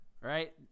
Right